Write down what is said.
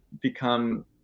become